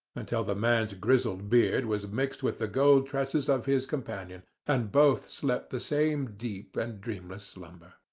until the man's grizzled beard was mixed with the gold tresses of his companion, and both slept the same deep and dreamless slumber.